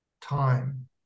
time